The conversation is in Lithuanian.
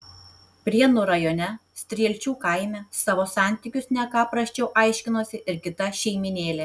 prienų rajone strielčių kaime savo santykius ne ką prasčiau aiškinosi ir kita šeimynėlė